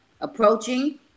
approaching